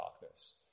darkness